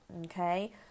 Okay